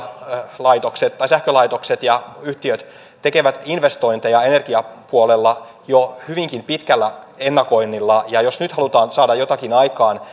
sähkölaitokset ja sähkölaitokset ja yhtiöt tekevät investointeja energiapuolella jo hyvinkin pitkällä ennakoinnilla ja jos nyt halutaan saada jotakin aikaan